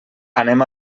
anem